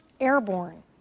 Airborne